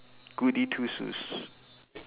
goody-two-shoes